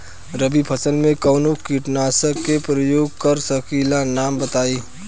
रबी फसल में कवनो कीटनाशक के परयोग कर सकी ला नाम बताईं?